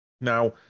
Now